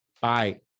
Bye